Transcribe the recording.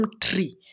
tree